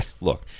look